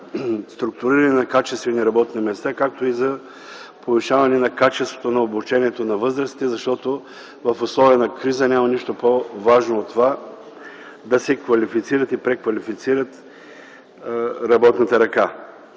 за структуриране на качествени работни места, както и за повишаване на качеството на обучението на възрастните, защото в условия на криза няма нищо по-важно от това да се квалифицира и преквалифицира работната ръка.